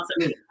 awesome